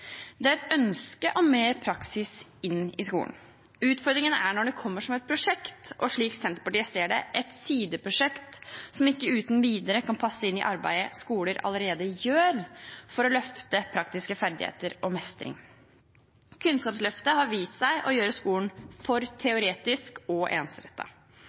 Det er et ønske om å få mer praksis inn i skolen. Utfordringen er når det kommer som et prosjekt, et sideprosjekt som – slik Senterpartiet ser det – ikke uten videre kan passes inn i arbeidet skolene allerede gjør for å løfte praktiske ferdigheter og mestring. Kunnskapsløftet har vist seg å gjøre skolen for teoretisk og